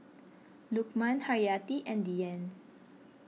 Lukman Haryati and Dian